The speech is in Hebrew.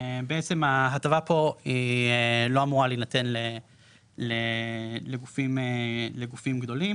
בעצם ההטבה פה היא לא אמורה להינתן לגופים גדולים,